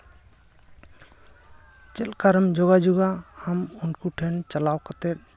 ᱪᱮᱫᱞᱮᱠᱟ ᱨᱮᱢ ᱡᱳᱜᱟᱡᱳᱜᱟ ᱟᱢ ᱩᱱᱠᱩ ᱴᱷᱮᱱ ᱪᱟᱞᱟᱣ ᱠᱟᱛᱮ